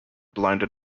blinded